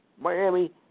Miami